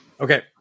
Okay